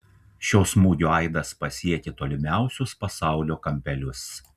šio smūgio aidas pasiekė tolimiausius pasaulio kampelius